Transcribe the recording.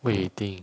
what you eating